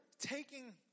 taking